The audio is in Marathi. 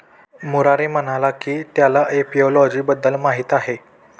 मुरारी म्हणाला की त्याला एपिओलॉजी बद्दल माहीत आहे